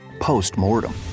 post-mortem